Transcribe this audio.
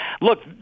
Look